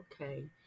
Okay